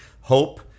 hope